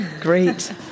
great